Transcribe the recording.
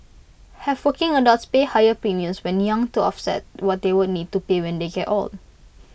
have working adults pay higher premiums when young to offset what they would need to pay when they get old